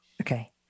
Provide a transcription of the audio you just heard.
Okay